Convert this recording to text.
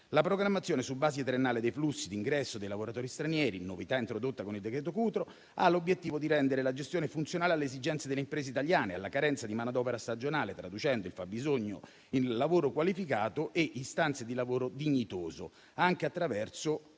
La programmazione su base triennale dei flussi d'ingresso dei lavoratori stranieri - novità introdotta con il decreto Cutro - ha l'obiettivo di rendere la gestione funzionale alle esigenze delle imprese italiane e alla carenza di manodopera stagionale, traducendo il fabbisogno in lavoro qualificato e istanze di lavoro dignitoso, anche attraverso